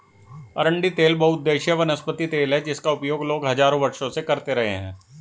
अरंडी तेल बहुउद्देशीय वनस्पति तेल है जिसका उपयोग लोग हजारों वर्षों से करते रहे हैं